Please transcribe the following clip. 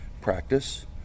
practice